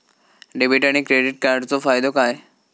Debit आणि credit कार्डचो फायदो काय?